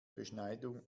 beschneidung